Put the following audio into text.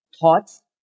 thoughts